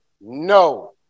no